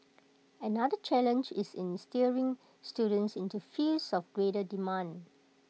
another challenge is in steering students into fields of greater demand